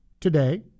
today